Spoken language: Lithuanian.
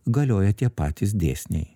galioja tie patys dėsniai